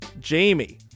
Jamie